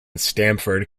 stamford